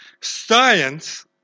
Science